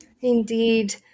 Indeed